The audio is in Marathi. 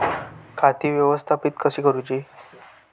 खाती व्यवस्थापित कशी करूची?